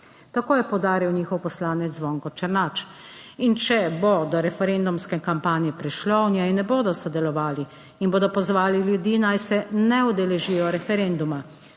Tako je poudaril njihov poslanec Zvonko Černač. In če bo do referendumske kampanje prišlo v njej ne bodo sodelovali in bodo pozvali ljudi, naj se ne udeležijo referenduma.